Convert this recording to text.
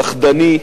פחדני,